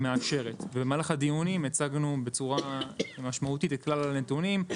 במהלך הדיונים הצגנו את כלל הנתונים.